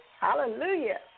Hallelujah